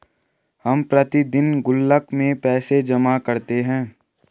हम प्रतिदिन गुल्लक में पैसे जमा करते है